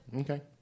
Okay